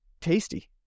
tasty